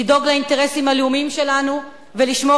לדאוג לאינטרסים הלאומיים שלנו ולשמור